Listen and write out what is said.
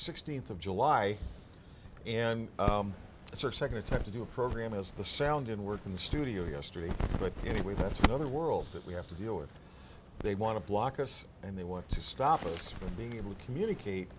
sixteenth of july and second attempt to do a program as the sound in work in the studio yesterday but anyway that's another world that we have to deal with they want to block us and they want to stop us from being able to communicate